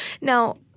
Now